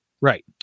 Right